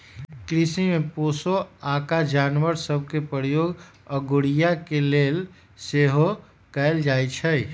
कृषि में पोशौआका जानवर सभ के प्रयोग अगोरिया के लेल सेहो कएल जाइ छइ